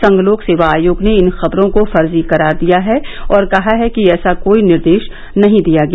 संघ लोक सेवा आयोग ने इन खबरों को फर्जी करार दिया है और कहा है कि ऐसा कोई निर्देश नहीं दिया गया